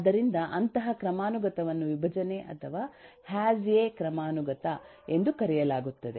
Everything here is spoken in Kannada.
ಆದ್ದರಿಂದ ಅಂತಹ ಕ್ರಮಾನುಗತವನ್ನು ವಿಭಜನೆ ಅಥವಾ ಹ್ಯಾಸ್ ಎ ಕ್ರಮಾನುಗತ ಎಂದು ಕರೆಯಲಾಗುತ್ತದೆ